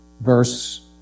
verse